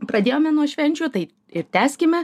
pradėjome nuo švenčių tai ir tęskime